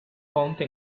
ponte